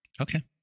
Okay